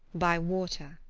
by water.